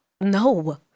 No